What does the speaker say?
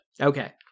Okay